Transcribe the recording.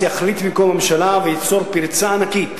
יחליט במקום הממשלה וייצור פרצה ענקית